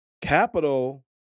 Capital